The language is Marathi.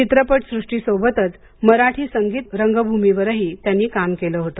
चित्रपटसृष्टी सोबतच मराठी संगीत रंगभूमीवरही त्यांनी काम केलं होतं